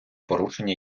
порушення